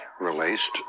released